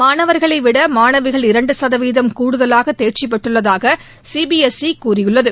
மாணவர்களைவிட மாணவிகள் இரண்டு சதவீதம் கூடுதலாக தேர்ச்சி பெற்றுள்ளதாக சி பி எஸ் இ கூறியுள்ளது